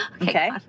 okay